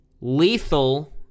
lethal